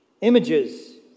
Images